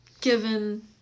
given